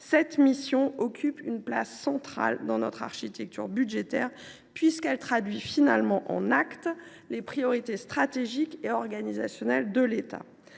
cette mission occupe une place centrale dans notre architecture budgétaire, puisqu’elle traduit en actes les priorités stratégiques et organisationnelles de l’État.